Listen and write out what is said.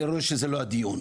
אני רואה שזה לא הדיון.